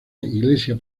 iglesia